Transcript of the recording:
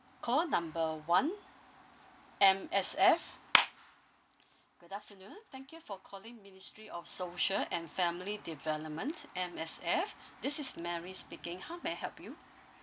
call number one M_S_F good afternoon thank you for calling ministry of social and family development M_S_F this is mary speaking how may I help you